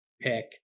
pick